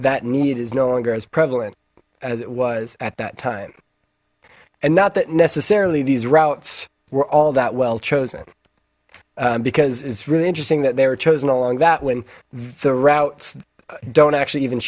that need is no longer as prevalent as it was at that time and not that necessarily these routes were all that well chosen because it's really interesting that they were chosen along that when the routes don't actually even